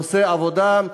עושה עבודה,